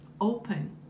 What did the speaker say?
open